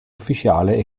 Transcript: ufficiale